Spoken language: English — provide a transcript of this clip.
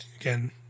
again